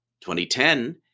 2010